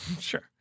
Sure